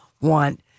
want